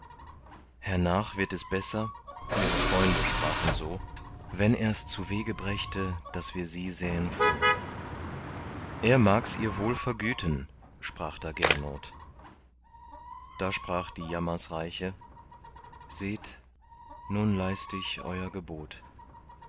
hernach wird es besser ihre freunde sprachen so wenn ers zuwege brächte daß wir sie sähen froh er mags ihr wohl vergüten sprach da gernot da sprach die jammersreiche seht nun leist ich eur gebot